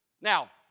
Now